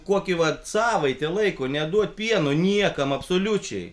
kokį vat savaitę laiko neduot pieno niekam absoliučiai